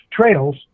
trails